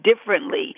differently